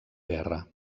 guerra